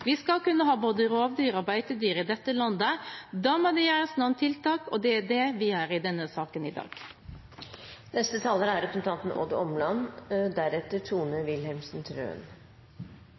Vi skal kunne ha både rovdyr og beitedyr i dette landet. Da må det gjøres noen tiltak, og det gjør vi i denne saken i dag. Jeg synes det er